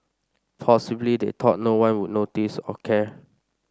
possibly they thought no one would notice or care